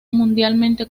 mundialmente